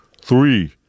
Three